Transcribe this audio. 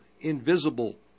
invisible